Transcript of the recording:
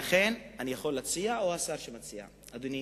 אדוני